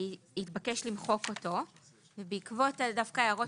התבקש למחוק אותו ובעקבות דווקא ההערות